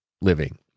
living